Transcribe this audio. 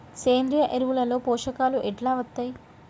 సేంద్రీయ ఎరువుల లో పోషకాలు ఎట్లా వత్తయ్?